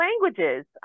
languages